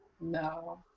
No